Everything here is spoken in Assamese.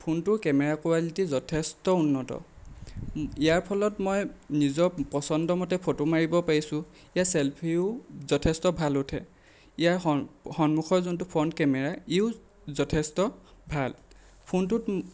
ফোনটোৰ কেমেৰা কোৱালিটী যথেষ্ট উন্নত ইয়াৰ ফলত মই নিজৰ পচন্দ মতে ফটো মাৰিব পাৰিছোঁ ইয়াত ছেল্ফিও যথেষ্ট ভাল উঠে ইয়াৰ সন সন্মুখৰ যোনটো ফ্ৰণ্ট কেমেৰা ইও যথেষ্ট ভাল ফোনটোত